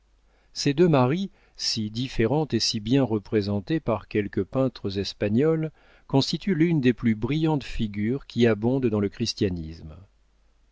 ces deux maries si différentes et si bien représentées par quelques peintres espagnols constituent l'une des plus brillantes figures qui abondent dans le christianisme